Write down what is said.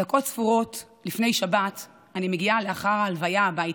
דקות ספורות לפני שבת אני מגיעה לאחר ההלוויה הביתה,